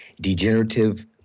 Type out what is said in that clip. degenerative